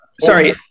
Sorry